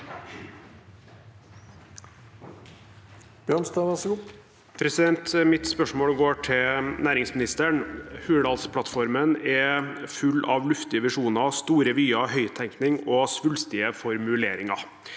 Mitt spørsmål går til næringsministeren: Hurdalsplattformen er full av luftige visjoner, store vyer, høyttenkning og svulstige formuleringer.